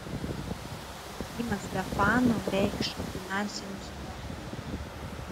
žaidimas be fanų reikš finansinius nuostolius